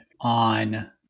on